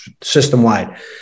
system-wide